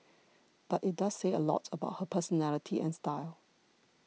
but it does say a lot about her personality and style